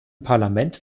parlament